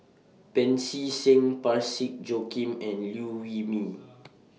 Pancy Seng Parsick Joaquim and Liew Wee Mee